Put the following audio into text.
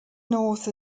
north